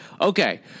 Okay